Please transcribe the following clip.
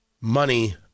Money